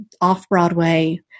off-Broadway